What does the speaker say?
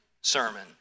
sermon